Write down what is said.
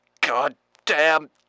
Goddamn